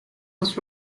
was